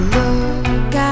look